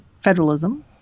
federalism